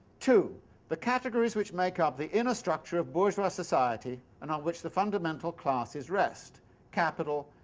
two the categories which make up the inner structure of bourgeois society, and on which the fundamental classes rest capital,